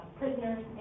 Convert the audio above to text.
prisoners